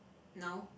no